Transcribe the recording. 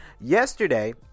yesterday